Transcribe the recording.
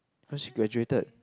cause she graduated